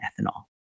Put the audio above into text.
ethanol